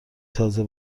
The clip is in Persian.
تازه